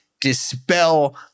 dispel